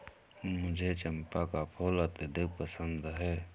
मुझे चंपा का फूल अत्यधिक पसंद है